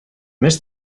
miss